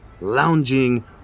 lounging